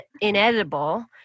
inedible